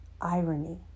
Irony